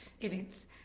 events